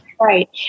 Right